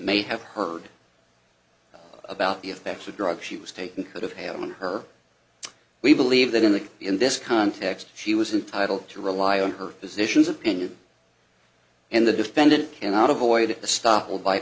may have heard about the effects of drugs she was taking could have on her we believe that in the in this context she was entitled to rely on her physicians opinion and the defendant cannot avoid the stoppel by